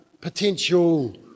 potential